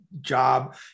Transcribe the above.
job